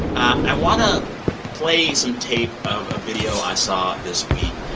i want to play some tape of a video i saw this week.